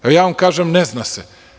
Ja vam kažem – ne zna se.